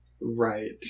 Right